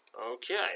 okay